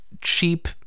cheap